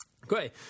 Great